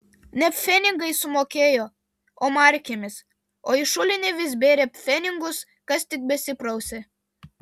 ne pfenigais sumokėjo o markėmis o į šulinį vis bėrė pfenigus kas tik besiprausė